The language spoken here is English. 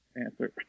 answer